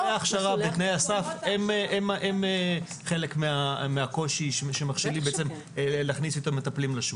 מסלולי ההכשרה הם חלק מהקושי שמכשילים בעצם להכניס את המטפלים לשוק.